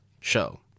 show